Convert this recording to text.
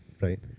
Right